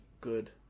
Good